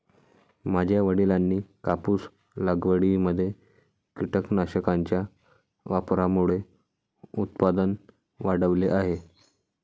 माझ्या वडिलांनी कापूस लागवडीमध्ये कीटकनाशकांच्या वापरामुळे उत्पादन वाढवले आहे